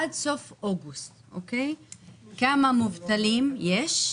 עד סוף אוגוסט כמה מובטלים היו,